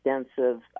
extensive